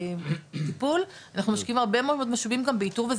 מניעתית וגם טיפולית ובעיקר מניעתית,